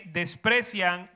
desprecian